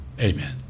amen